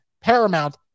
Paramount